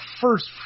first